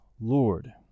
Lord